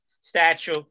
statue